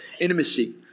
intimacy